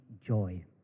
joy